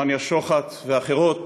מניה שוחט ואחרות,